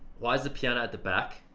why is the piano at the back?